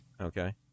Okay